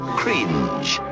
cringe